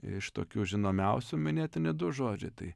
iš tokių žinomiausių minėtini du žodžiai tai